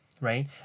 Right